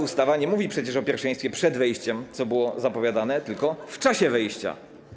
Ustawa nie mówi przecież o pierwszeństwie przed wejściem, co było zapowiadane, tylko w czasie wejścia.